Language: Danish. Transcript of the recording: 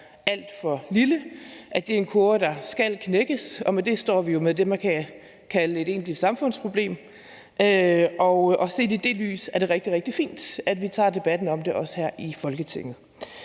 alt for lille, og at det er en kurve, der skal knækkes, og med det står vi jo med det, man kan kalde et egentligt samfundsproblem. Set i det lys er det rigtig, rigtig fint, at vi også tager debatten om det her i Folketinget.